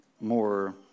more